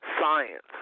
Science